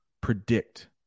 predict